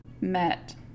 met